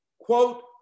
Quote